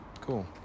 cool